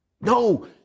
No